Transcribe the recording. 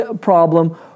problem